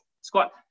Squat